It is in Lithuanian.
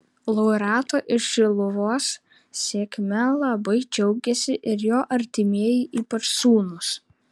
laureato iš šiluvos sėkme labai džiaugėsi ir jo artimieji ypač sūnūs